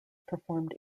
performed